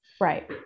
Right